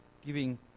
giving